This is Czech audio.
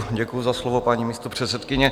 Děkuji za slovo, paní místopředsedkyně.